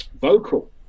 vocal